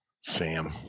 Sam